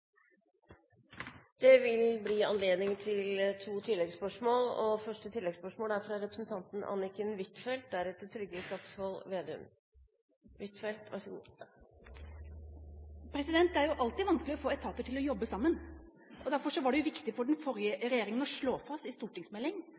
to oppfølgingsspørsmål – først Anniken Huitfeldt. Det er jo alltid vanskelig å få etater til å jobbe sammen, og derfor var det viktig for den forrige